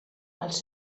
els